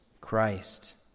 Christ